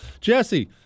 Jesse